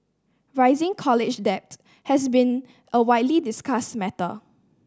rising college debt has been a widely discussed matter